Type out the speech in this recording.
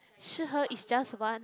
is just one